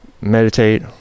Meditate